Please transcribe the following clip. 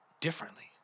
differently